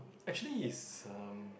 actually is um